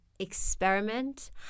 experiment